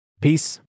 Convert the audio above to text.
Peace